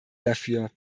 dafür